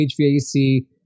HVAC